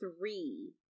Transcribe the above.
three